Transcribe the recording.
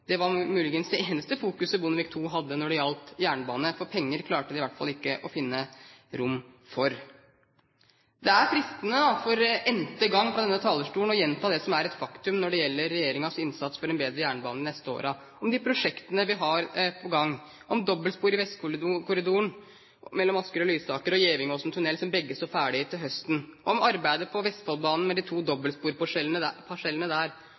som var under Bondevik II. Det var muligens det eneste fokuset Bondevik II hadde når det gjaldt jernbane, for penger klarte de i hvert fall ikke å finne rom for. Det er fristende å gjenta, for n-te gang på denne talerstolen, det som er et faktum når det gjelder regjeringens innsats for en bedre jernbane de neste årene – om de prosjektene vi har på gang, om dobbeltspor i Vestkorridoren mellom Asker og Lysaker, og Gevingåstunnelen, som begge står ferdig til høsten, om arbeidet på Vestfoldbanen med de to dobbeltsporparsellene der,